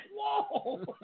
whoa